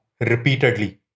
repeatedly